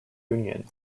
union